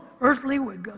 earthly